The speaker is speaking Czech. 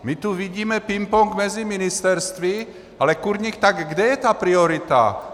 My tu vidíme ping pong mezi ministerstvy, ale kurník tak kde je ta priorita?